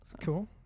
Cool